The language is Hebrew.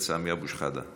סמי אבו שחאדה.